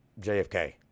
JFK